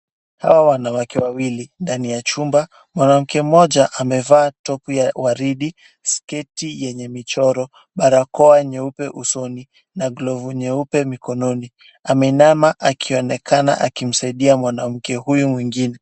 Hawa wanawake wawili ndani ya chumba. Mwanamke mmoja amevaa topu ya waridi, sketi yenye michoro, barakoa nyeupe usoni na glovu nyeupe mikononi. Ameinama akionekana akimsaidia mwanamke huyu mwingine.